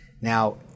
Now